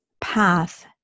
path